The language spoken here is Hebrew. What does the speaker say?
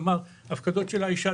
כלומר הפקדות של אישה,